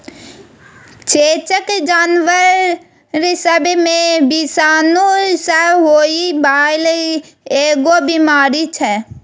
चेचक जानबर सब मे विषाणु सँ होइ बाला एगो बीमारी छै